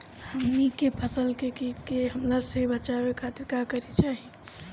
हमनी के फसल के कीट के हमला से बचावे खातिर का करे के चाहीं?